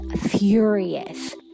furious